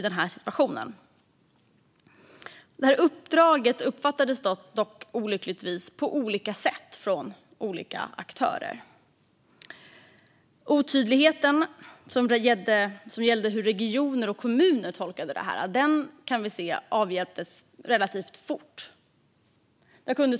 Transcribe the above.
Det här uppdraget uppfattades olyckligtvis på olika sätt av olika aktörer. Otydligheten i fråga om hur regioner och kommuner tolkade det avhjälptes som vi kan se relativt fort.